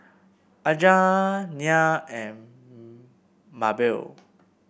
Aja Nyah and Mabell